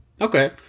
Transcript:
Okay